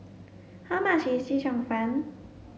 how much is Chee Cheong fun